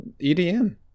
edm